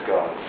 God